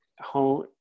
home